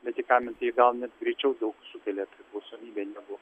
medikamentai jie gal net greičiau jau sukelia priklausomybę negu